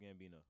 Gambino